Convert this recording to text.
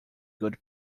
good